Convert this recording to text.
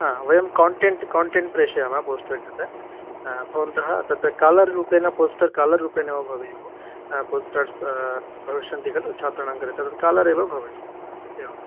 हा वयं content content प्रेषयामः पोस्टर् कृते हा भवन्तः तत् कालर्रूपेण पोस्टर् कालर्रूपेणेव भवेयुः पोस्टर्स् भविष्यन्ति खलु छात्राणां कृते तद् कालरेव भवेयुः एवम्